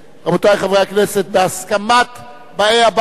רבותי חברי הכנסת, בהסכמת באי הבית,